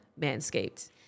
Manscaped